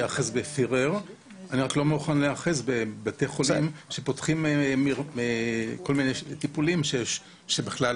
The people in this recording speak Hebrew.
אז אני לא מוכן להיאחז בבתי חולים שפותחים כל מיני טיפולים שבכלל,